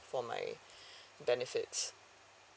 for my benefits